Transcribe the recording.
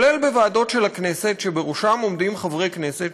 כולל בוועדות של הכנסת שבראשן עומדים חברי כנסת